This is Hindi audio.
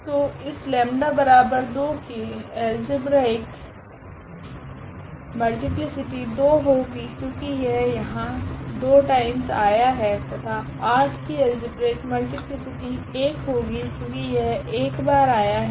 तो इस की अल्जेब्रिक मल्टीप्लीसिटी 2 होगी क्योकि यह यहाँ 2 टाइम्स आया है तथा 8 की अल्जेब्रिक मल्टीप्लीसिटी 1 होगी क्योकि यह एक बार आया है